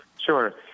Sure